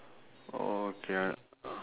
okay I